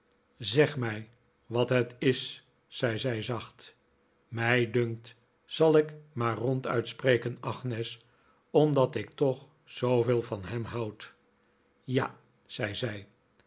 zeg mij wat het is zei zij zacht mij dunkt zal ik maar ronduit spreken agnes omdat ik toch zo oveel van hem houd ja zei zij